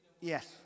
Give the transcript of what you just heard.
Yes